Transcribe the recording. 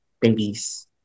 babies